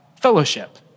fellowship